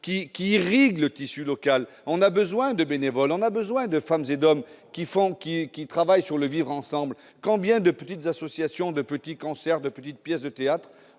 qui irriguent le tissu local. Elles ont besoin de bénévoles, de femmes et d'hommes qui travaillent sur le vivre ensemble. Combien de petites associations, de petits concerts, de petites pièces de théâtre